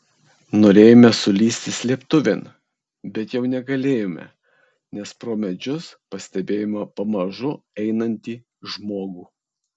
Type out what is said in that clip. norėjome sulįsti slėptuvėn bet jau negalėjome nes pro medžius pastebėjome pamažu einantį žmogų